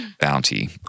bounty